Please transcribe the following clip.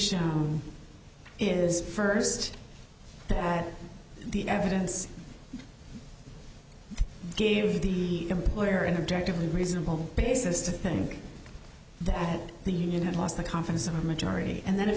shown is first that the evidence gave the employer and objective the reasonable basis to think that the union had lost the confidence of the majority and then if